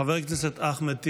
חבר הכנסת אחמד טיבי,